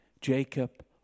Jacob